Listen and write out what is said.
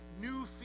new